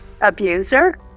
abuser